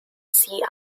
sea